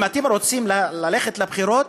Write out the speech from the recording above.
אם אתם רוצים ללכת לבחירות,